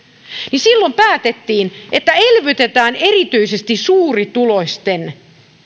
silloin päätettiin että elvytetään erityisesti suurituloisten